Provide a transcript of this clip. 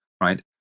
right